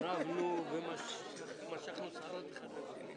וראוי ועומד בתנאים כדי להיות חבר במועצה.